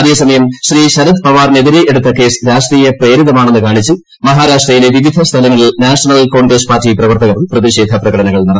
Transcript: അതേസമയം ശ്രീ ൃശ്രത് ് പവാറിനെതിരെ എടുത്ത കേസ് രാഷ്ട്രീയ പ്രേരിതമാര്ണിന്ന് കാണിച്ച് മഹാരാഷ്ട്രയിലെ വിവിധ സ്ഥലങ്ങളിൽ നാഷണൽ കോൺഗ്രസ് പാർട്ടി പ്രവർത്തകർ പ്രതിഷേക്ര പ്രകടനങ്ങൾ നടത്തി